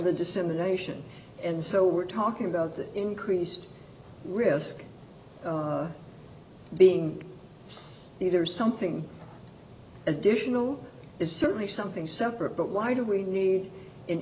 the dissemination and so we're talking about the increased risk being either something additional is certainly something separate but why do we need